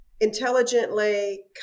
intelligently